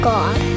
God